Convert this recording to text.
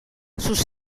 sus